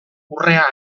urrea